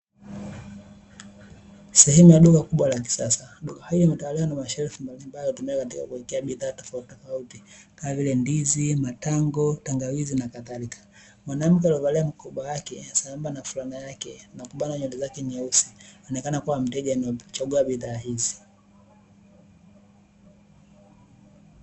Sehemu ya duka kubwa la kisasa. Duka hili limetawaliwa na mashelfu mbalimbali yanayotumika kuwekea bidhaa tofautitofauti kama vile ndizi, matango, tangawizi, na kadhalika. Mwanamke aliyevalia mkoba wake, sambamba na fulana yake, na kubana nywele zake nyeusi, anaonekana kuwa mteja anayechagua bidhaa hizi.